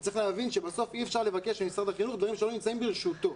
צריך ‏להבין שבסוף אי אפשר לבקש ממשרד החינוך דברים שלא נמצאים ברשותו,